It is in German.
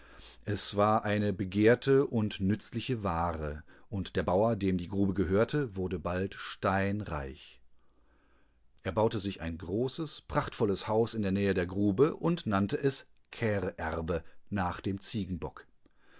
es war eine begehrte und nützliche ware und der bauer demdiegrubegehörte wurdebaldsteinreich erbautesicheingroßes prachtvolles haus in der nähe der grube und nannte es kreerbe nach dem ziegenbock